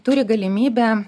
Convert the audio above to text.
turi galimybę